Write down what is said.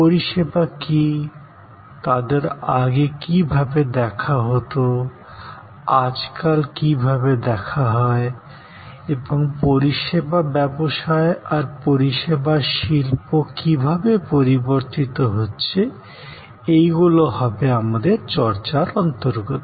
পরিষেবা কি তাদের আগে কিভাবে দেখা হতো আজকাল কিভাবে দেখা হয় এবং পরিষেবা ব্যবসায় আর পরিষেবা শিল্প কিভাবে পরিবর্তিত হচ্ছে এইগুলোও হবে আমাদের চর্চার অন্তর্গত